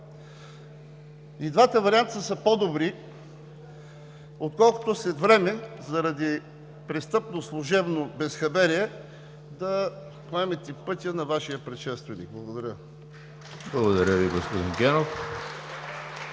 И двата варианта са по-добри, отколкото след време, заради престъпно служебно безхаберие, да поемете пътя на Вашия предшественик. Благодаря. (Ръкопляскания от